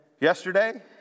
yesterday